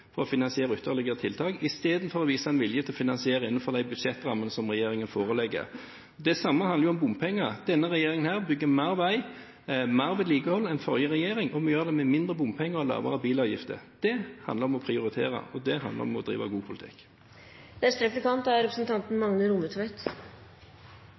finansiere ytterligere tiltak, istedenfor å vise en vilje til å finansiere innenfor de budsjettrammene som regjeringen legger. Det samme gjelder for bompenger: Denne regjeringen bygger mer vei og mer vedlikehold enn den forrige regjeringen, og vi gjør det med mindre bompenger og lavere bilavgifter. Det handler om å prioritere, og det handler om å drive god politikk.